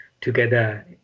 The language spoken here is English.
together